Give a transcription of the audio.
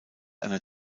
einer